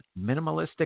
minimalistic